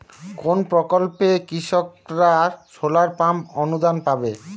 কোন প্রকল্পে কৃষকরা সোলার পাম্প অনুদান পাবে?